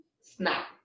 snap